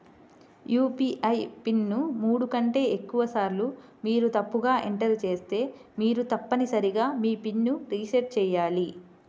UPI PIN ను మూడు కంటే ఎక్కువసార్లు మీరు తప్పుగా ఎంటర్ చేస్తే మీరు తప్పనిసరిగా మీ పిన్ ను రీసెట్ చేయాలి